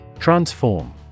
Transform